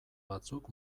batzuk